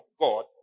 God